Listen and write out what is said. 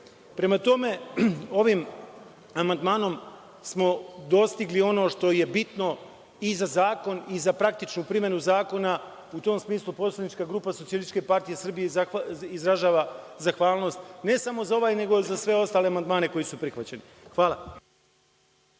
tome, ovim amandmanom smo dostigli ono što je bitno i za zakon i za praktičnu primenu zakona. U tom smislu, poslanička grupa Socijalističke partije Srbije izražava zahvalnost, ne samo za ovaj, nego i za sve ostale amandmane koji su prihvaćeni. Hvala.